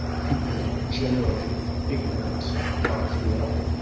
people are generally ignorant of god's will.